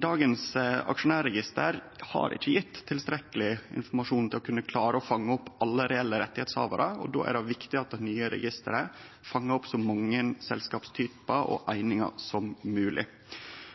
Dagens aksjonærregister har ikkje gjeve tilstrekkeleg informasjon til å kunne klare å fange opp alle reelle rettshavarar, og då er det viktig at det nye registeret fangar opp så mange selskapstypar og einingar som mogleg.